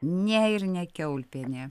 ne ir ne kiaulpienė